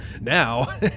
now